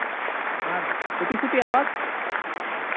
ᱟᱨ ᱩᱛᱤ ᱥᱩᱛᱤ ᱟᱵᱟᱫ